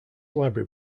library